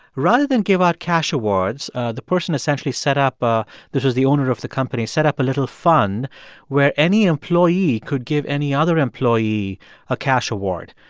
rather than give out cash awards, the person essentially set up this was the owner of the company set up a little fund where any employee could give any other employee a cash award.